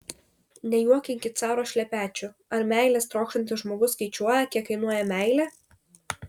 nejuokinkit caro šlepečių ar meilės trokštantis žmogus skaičiuoja kiek kainuoja meilė